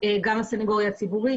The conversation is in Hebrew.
גם הסנגוריה הציבורית,